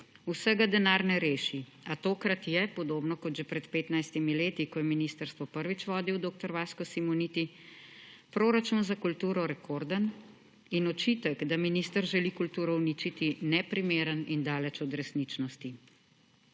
Vsega denar ne reši. A tokrat je podobno kot že pred 15 leti, ko je ministrstvo prvič vodil dr. Vasko Simoniti, proračun za kulturo rekorden in očitek, da minister želi kulturo uničiti, neprimeren in daleč od resničnosti.